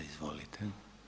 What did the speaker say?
Izvolite.